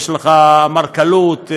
אמרכלות,